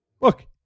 Look